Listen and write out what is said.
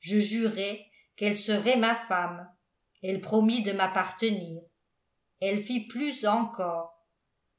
je jurai qu'elle serait ma femme elle promit de m'appartenir elle fit plus encore